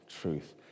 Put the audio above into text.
truth